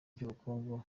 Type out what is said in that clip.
by’ubukungu